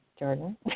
Jordan